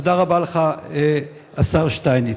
תודה רבה לך, השר שטייניץ.